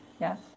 Yes